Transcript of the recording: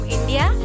India